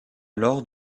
alors